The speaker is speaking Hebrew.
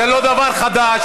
זה לא דבר חדש.